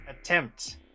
attempt